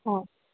ꯑꯥ